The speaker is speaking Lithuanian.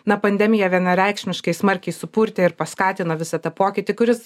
na pandemija vienareikšmiškai smarkiai supurtė ir paskatino visą tą pokytį kuris